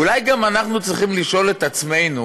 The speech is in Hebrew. אולי גם אנחנו צריכים לשאול את עצמנו